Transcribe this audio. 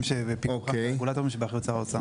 שבפיקוח הרגולטורים שבאחריות שר האוצר.